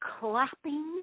clapping